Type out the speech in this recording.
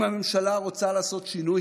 אם הממשלה רוצה לעשות שינוי,